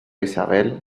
isabel